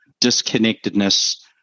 disconnectedness